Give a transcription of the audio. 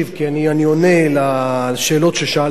כי אני עונה על שאלות ששאלת כאן.